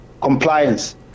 compliance